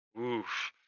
oof